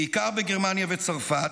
בעיקר בגרמניה וצרפת,